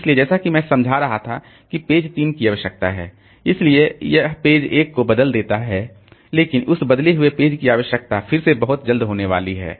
इसलिए जैसा कि मैं समझा रहा था कि पेज 3 की आवश्यकता है इसलिए यह पेज 1 को बदल देता है लेकिन उस बदले हुए पेज की आवश्यकता फिर से बहुत जल्द होने वाली है